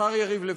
השר יריב לוין.